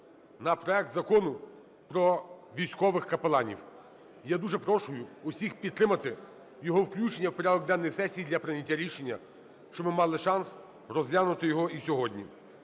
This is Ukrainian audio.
на проект Закону про військових капеланів. Я дуже прошу усіх підтримати його включення в порядок денний сесії для прийняття рішення, щоб ми мали шанс розглянути його сьогодні.